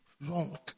long